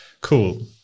cool